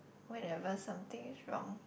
whenever something is wrong